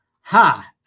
ha